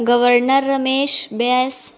governor Ramesh بس